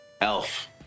Elf